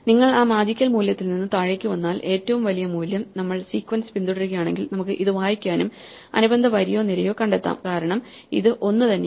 നിങ്ങൾ ആ മാജിക്കൽ മൂല്യത്തിൽ നിന്ന് താഴേക്ക് വന്നാൽ ഏറ്റവും വലിയ മൂല്യം നമ്മൾ സീക്വൻസ് പിന്തുടരുകയാണെങ്കിൽ നമുക്ക് ഇത് വായിക്കാനും അനുബന്ധ വരിയോ നിരയോ കണ്ടെത്താം കാരണം ഇത് ഒന്ന് തന്നെയാണ്